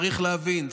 צריך להבין,